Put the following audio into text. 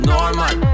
Normal